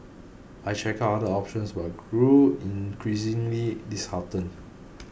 I checked other options but grew increasingly disheartened